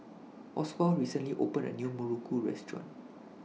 Oswald recently opened A New Muruku Restaurant